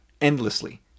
endlessly